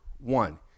One